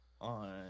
on